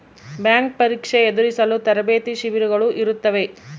bank ಪರೀಕ್ಷೆ ಎದುರಿಸಲು ತರಬೇತಿ ಶಿಬಿರಗಳು ಇರುತ್ತವೆ